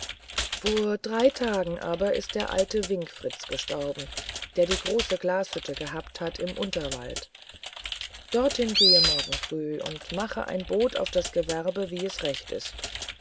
vor drei tagen aber ist der alte winkfritz gestorben der die große glashütte gehabt hat im unterwald dorthin gehe morgen frühe und mach ein bot auf das gewerbe wie es recht ist